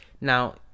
now